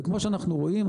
וכמו שאנחנו רואים,